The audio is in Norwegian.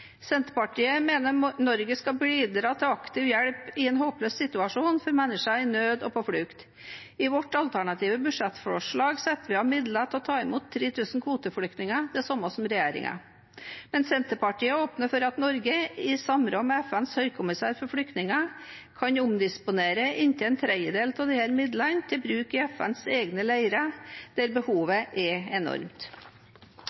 Senterpartiet mener Norge skal bidra til aktiv hjelp i en håpløs situasjon for mennesker i nød og på flukt. I vårt alternative budsjettforslag setter vi av midler til å ta imot 3 000 kvoteflyktninger, det samme som regjeringen, men Senterpartiet åpner for at Norge, i samråd med FNs høykommissær for flyktninger, kan omdisponere inntil en tredjedel av disse midlene til bruk i FNs egne leirer, der behovet